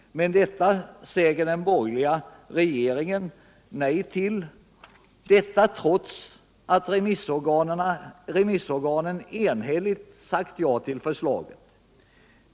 Men detta säger den borgerliga regeringen nej till, trots att remissorganen enhälligt sade ja till förslaget.